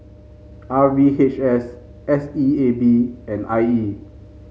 R V H S S E A B and I E